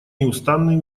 неустанные